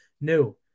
No